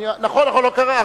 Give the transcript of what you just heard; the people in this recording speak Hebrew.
נכון, נכון, לא קרה.